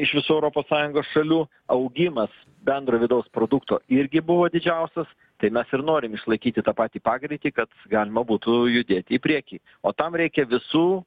iš visų europos sąjungos šalių augimas bendro vidaus produkto irgi buvo didžiausias tai mes ir norim išlaikyti tą patį pagreitį kad galima būtų judėti į priekį o tam reikia visų